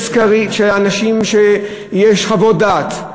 יש חוות דעת,